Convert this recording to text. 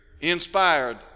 inspired